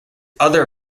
other